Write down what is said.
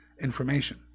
information